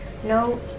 no